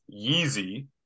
Yeezy